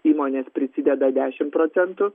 įmonės prisideda dešim procentų